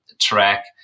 track